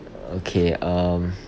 okay um